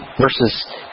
versus